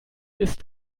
ist